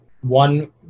One